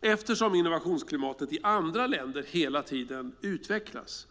eftersom innovationsklimatet i andra länder hela tiden utvecklas.